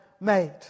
made